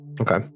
okay